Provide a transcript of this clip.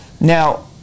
Now